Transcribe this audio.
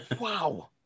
Wow